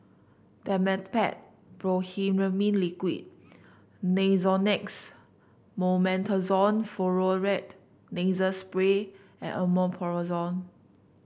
Dimetapp Brompheniramine Liquid Nasonex Mometasone Furoate Nasal Spray and Omeprazole